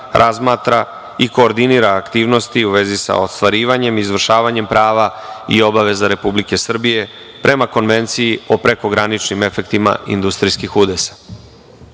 i koordinira aktivnosti u vezi sa ostvarivanjem, izvršavanjem prava i obaveza Republike Srbije, prema konvenciji o prekograničnim efektima industrijskih